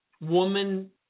woman